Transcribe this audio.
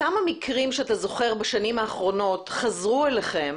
בכמה מקרים שאתה זוכר בשנים האחרונות חזרו אליכם